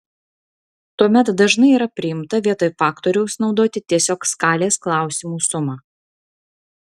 tuomet dažnai yra priimta vietoj faktoriaus naudoti tiesiog skalės klausimų sumą